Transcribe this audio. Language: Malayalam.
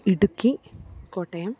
ഇടുക്കി കോട്ടയം